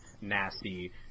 nasty